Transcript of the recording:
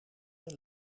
mijn